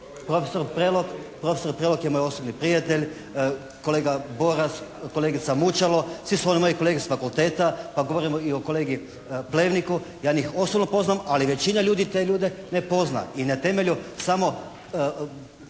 profesor Prelog je moj osobni prijatelj. Kolega Boras, kolegica Mučalo, svi su oni moje kolege sa fakulteta. Pa ako govorimo i o kolegi Plevniku. Ja njih osobno poznam ali većina ljudi te ljude ne pozna. I na temelju samo